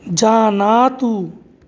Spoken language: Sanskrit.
जानातु